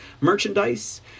merchandise